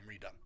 redone